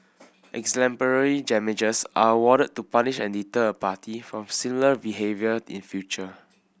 exemplary are awarded to punish and deter a party from similar behaviour in future